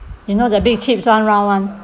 you know the big chips one round one